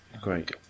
Great